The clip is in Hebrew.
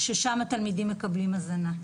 ששם התלמידים מקבלים הזנה.